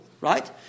right